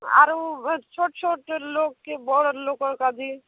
ଆରୁ ଛୋଟ୍ ଛୋଟ୍ ଲୋକ କି ବଡ଼ ଲୋକର୍ କାଜି